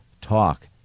talk